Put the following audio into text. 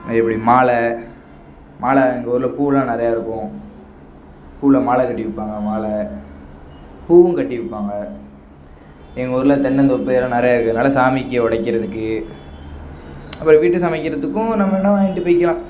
எப்படி மாலை மாலை எங்கள் ஊர்ல பூவெலாம் நிறையா விற்போம் பூவில மாலை கட்டி விற்பாங்க மாலை பூவும் கட்டி விற்பாங்க எங்கள் ஊர்ல தென்னந்தோப்பு எல்லாம் நிறையா இருக்கிறனால சாமிக்கு உடைக்கிறதுக்கு அப்புறம் வீட்டு சமைக்கிறத்துக்கும் நம்ம வேணா வாங்கிட்டு போய்க்கலாம்